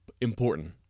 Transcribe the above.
important